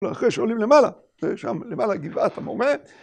‫ואחרי שעולים למעלה, ‫שם למעלה גבעת המורה,